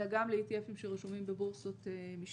אלא גם ל- ETF שרשומים בבורסות משניות.